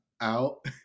out